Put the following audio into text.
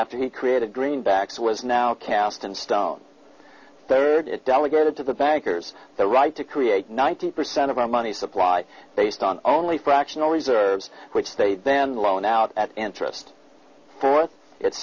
after he created greenbacks was now cast in stone there it delegated to the bankers the right to create ninety percent of our money supply based on only fractional reserves which they then loan out at interest for it